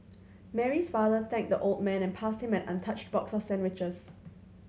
Mary's father thanked the old man and passed him an untouched box of sandwiches